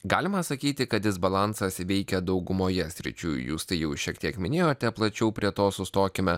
galima sakyti kad disbalansas veikia daugumoje sričių jūs tai jau šiek tiek minėjote plačiau prie to sustokime